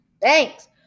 Thanks